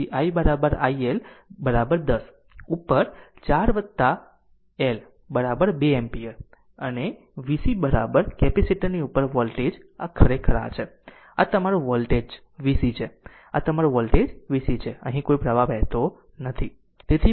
તેથી i i L 10 ઉપર 4 વત્તા 1 2 એમ્પીયર અને vc કેપેસિટર ની ઉપર વોલ્ટેજ ખરેખર આ આ છે 1 આ તમારું વોલ્ટેજ vc છે આ તમારું વોલ્ટેજ vc છે અહીં કોઈ પ્રવાહ વહેતો નથી